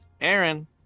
aaron